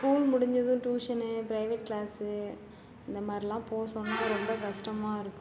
school முடிஞ்சதும் tuition private class இந்தமாதிரிலாம் போக சொன்னால் ரொம்ப கஷ்டமாக இருக்கும்